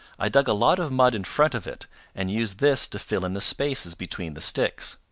i dug a lot of mud in front of it and used this to fill in the spaces between the sticks.